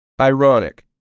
ironic